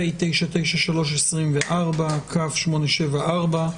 פ/933/24 כ/874.